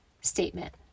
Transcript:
statement